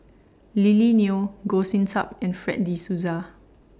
Lily Neo Goh Sin Tub and Fred De Souza